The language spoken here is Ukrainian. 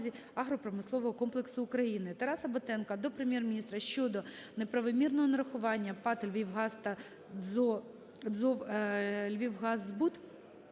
Тараса Батенка до Прем'єр-міністра щодо неправомірного нарахування ПАТ "Львівгаз" та ТзОВ "Львівгаз